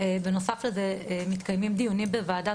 בנוסף לזה מתקיימים דיונים בוועדת